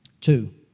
Two